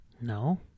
No